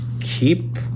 keep